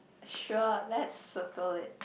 sure let's circle it